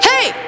Hey